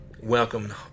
welcome